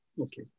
Okay